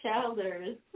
Childers